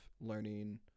learning